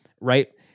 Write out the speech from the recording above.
right